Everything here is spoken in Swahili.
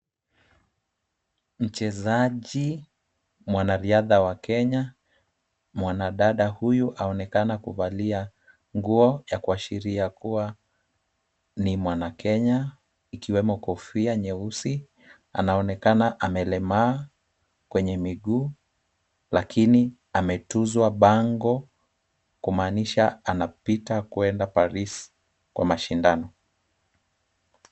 Mchezaji mwanariadha wa Kenya. Mwanadada huyu aonekana kuvalia nguo ya kwashiria kuwa ni mwana Kenya. Ikiwemo kofia nyeusi, anaonekana amelemaa kwenye miguu, lakini ametuzwa bango kumanisha anapita kwenda Paris kwa mashindano.